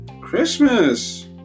Christmas